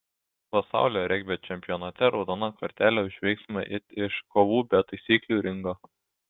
pasaulio regbio čempionate raudona kortelė už veiksmą it iš kovų be taisyklių ringo